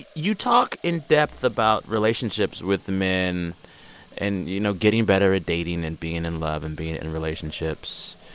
you talk in-depth about relationships with men and, you know, getting better at dating and being in love and being in relationships.